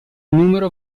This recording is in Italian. numero